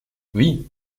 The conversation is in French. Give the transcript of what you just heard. oui